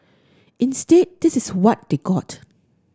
instead this is what they got